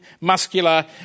muscular